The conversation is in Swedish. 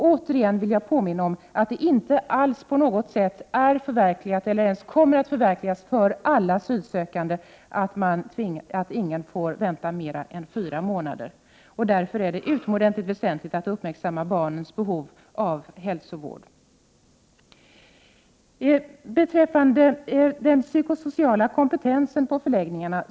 Återigen vill jag påminna om att det inte på något sätt är förverkligat eller ens kommer att förverkligas för alla asylsökande att ingen skall behöva vänta mer än fyra månader på utredning. Det är därför utomordentligt väsentligt att uppmärksamma barnens behov av hälsovård. Vi har även en reservation beträffande den psykosociala kompetensen på förläggningarna.